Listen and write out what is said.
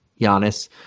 Giannis